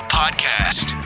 podcast